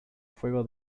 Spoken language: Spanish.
fuego